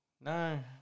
No